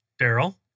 Daryl